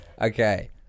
okay